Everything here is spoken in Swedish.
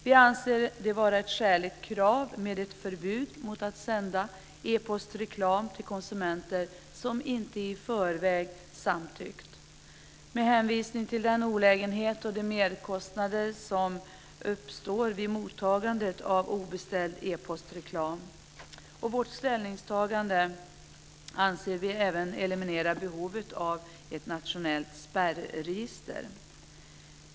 Vi anser det vara skäligt att kräva ett förbud mot att sända e-postreklam till konsumenter som inte i förväg samtyckt härtill, detta med hänvisning till den olägenhet och de merkostnader som uppstår vid mottagande av obeställd epostreklam. Vi anser att vårt ställningstagande eliminerar behovet av ett nationellt spärregister.